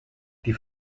die